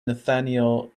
nathaniel